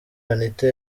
anitha